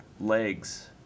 legs